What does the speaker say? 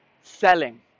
selling